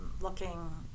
looking